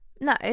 no